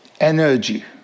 energy